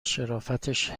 شرافتش